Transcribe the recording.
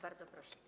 Bardzo proszę.